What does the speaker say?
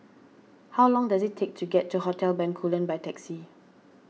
how long does it take to get to Hotel Bencoolen by taxi